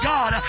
God